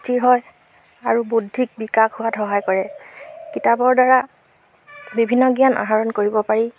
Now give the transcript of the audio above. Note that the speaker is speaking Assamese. সুস্থিৰ হয় আৰু বৌদ্ধিক বিকাশ হোৱাত সহায় কৰে কিতাপৰ দ্বাৰা বিভিন্ন জ্ঞান আহৰণ কৰিব পাৰি